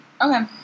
Okay